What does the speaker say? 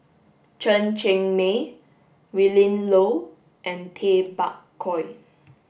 Chen Cheng Mei Willin Low and Tay Bak Koi